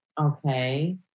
Okay